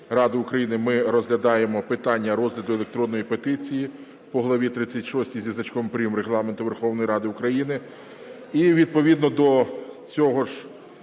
Ради України ми розглядаємо питання розгляду електронної петиції, по главі 36 зі значком "прим." Регламенту Верховної Ради України. І відповідно до цього ж